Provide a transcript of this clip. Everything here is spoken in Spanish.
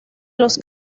los